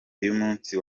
y’umunsi